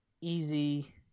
easy